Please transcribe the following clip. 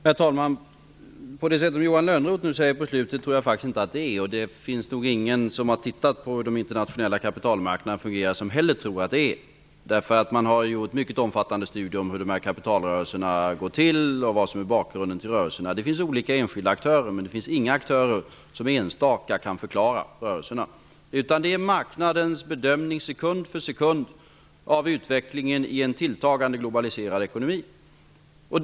Herr talman! Jag tror faktiskt inte att det är så som Johan Lönnroth säger på slutet. Det finns nog heller ingen som har tittat på hur de internationella kapitalmarknaderna fungerar som tror att det är så. Man har gjort mycket omfattande studier om hur kapitalrörelserna sker och vad som är bakgrunden till dem. Det finns olika enskilda aktörer, men det finns inga aktörer som ensamma kan förklara rörelserna. Det som styr är marknadens bedömning sekund för sekund av utvecklingen i en tilltagande globaliserad ekonomi.